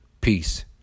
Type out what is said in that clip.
Peace